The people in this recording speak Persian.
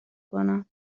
کنم